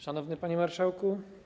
Szanowny Panie Marszałku!